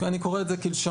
אני קורא את זה כלשונו,